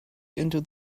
into